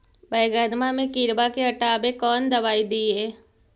बैगनमा के किड़बा के हटाबे कौन दवाई दीए?